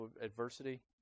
adversity